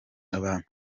abantu